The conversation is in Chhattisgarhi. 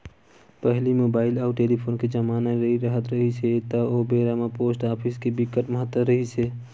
पहिली मुबाइल अउ टेलीफोन के जमाना नइ राहत रिहिस हे ता ओ बेरा म पोस्ट ऑफिस के बिकट महत्ता रिहिस हे